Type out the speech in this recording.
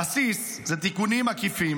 הבסיס הוא תיקונים עקיפים